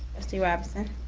trustee robinson?